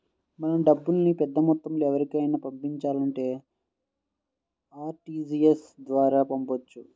మనం డబ్బుల్ని పెద్దమొత్తంలో ఎవరికైనా పంపించాలంటే ఆర్టీజీయస్ ద్వారా పంపొచ్చు